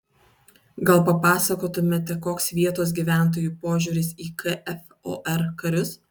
gal papasakotumėte koks vietos gyventojų požiūris į kfor karius